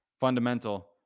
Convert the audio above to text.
fundamental